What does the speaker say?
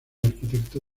arquitecto